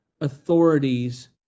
authorities